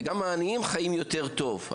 גם העניים חיים יותר טוב,